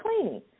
cleaning